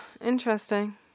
Interesting